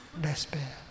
despair